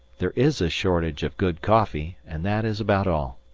there is a shortage of good coffee and that is about all.